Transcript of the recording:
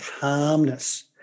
calmness